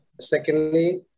Secondly